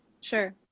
sure